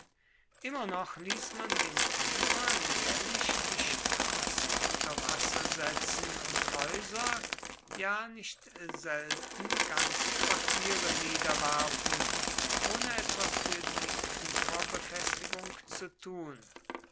immer noch ließ man den tiber jährlich die straßen unter wasser setzen und häuser ja nicht selten ganze quartiere niederwerfen ohne etwas für die uferbefestigung zu tun